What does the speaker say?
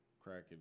cracking